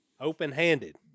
Open-handed